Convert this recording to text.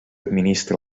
administra